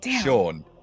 Sean